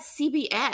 CBS